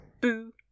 Boo